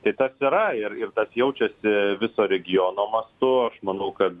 tai tas yra ir ir tas jaučiasi viso regiono mastu aš manau kad